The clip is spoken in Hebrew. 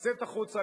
לצאת החוצה,